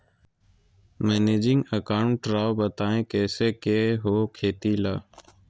Managing account राव बताएं कैसे के हो खेती ला?